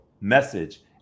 message